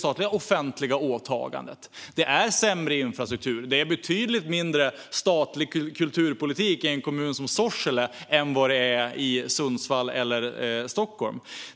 Det är sämre infrastruktur, och jag tror att vi alla är fullt medvetna om att det är betydligt mindre statlig kulturpolitik i en kommun som Sorsele än i Sundsvall eller Stockholm.